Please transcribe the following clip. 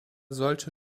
sollte